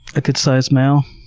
a good-size male.